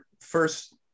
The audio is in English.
First